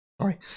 Sorry